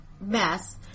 mess